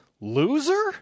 loser